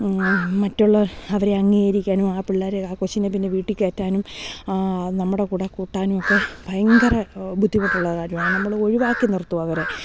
മ മറ്റുള്ള അവരെ അംഗീകരിക്കാനും ആ പിള്ളേരെ ആ കൊച്ചിനെ പിന്നെ വീട്ടിൽ കയറ്റാനും നമ്മുടെ കൂടെ കൂട്ടാനും ഒക്കെ ഭയങ്കര ബുദ്ധിമുട്ടുള്ള കാര്യമാണ് നമ്മൾ ഒഴിവാക്കി നിർത്തും അവരെ